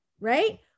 Right